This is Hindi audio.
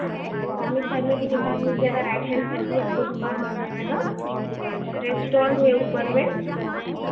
बामी साइड में भी दुकान मिल जाएगा राइट हैंड साइड भी आपको दुकान मिल जाएगा अच्छा रेस्टोंट है ऊपर में